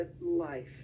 life